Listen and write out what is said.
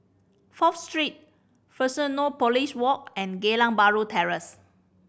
Fourth Street Fusionopolis Walk and Geylang Bahru Terrace